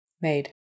Made